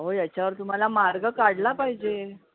अहो याच्यावर तुम्हाला मार्ग काढला पाहिजे